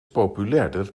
populairder